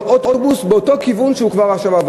אוטובוס באותו כיוון שהוא כבר עבר עכשיו.